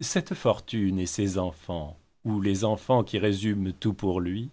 cette fortune et ces enfants ou les enfants qui résument tout pour lui